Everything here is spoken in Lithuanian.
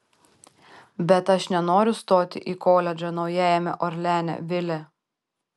bet aš nenoriu stoti į koledžą naujajame orleane vile